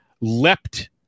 leapt